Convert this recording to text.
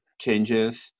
changes